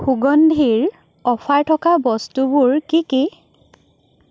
সুগন্ধিৰ offer থকা বস্তুবোৰ কি কি